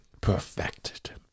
perfected